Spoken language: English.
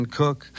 cook